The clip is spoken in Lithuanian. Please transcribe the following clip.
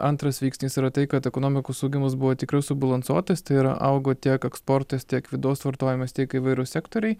antras veiksnys yra tai kad ekonomikos augimas buvo tikrai subalansuotas tai yra augo tiek eksportas tiek vidaus vartojimas tiek įvairūs sektoriai